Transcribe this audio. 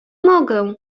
mogę